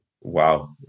Wow